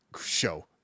Show